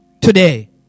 today